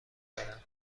دارم